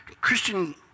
Christian